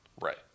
Right